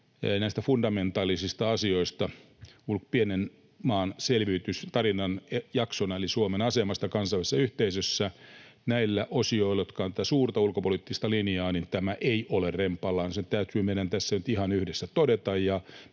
näistä fundamentaalisista asioista pienen maan selviytymistarinan jaksona, eli Suomen asemasta kansainvälisessä yhteisössä. Näillä osioilla, jotka ovat tätä suurta ulkopoliittista linjaa, tämä ei ole rempallaan. Se täytyy meidän tässä nyt ihan yhdessä todeta,